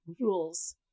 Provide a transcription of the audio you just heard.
rules